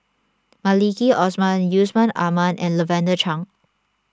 Maliki Osman Yusman Aman and Lavender Chang